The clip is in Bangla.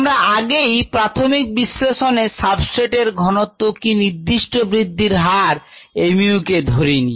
আমরা আগেই প্রাথমিক বিশ্লেষণে সাবস্ট্রেট এর ঘনত্ব কি নির্দিষ্ট বৃদ্ধির হার mu কে ধরিনি